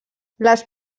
les